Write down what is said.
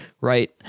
right